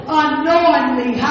unknowingly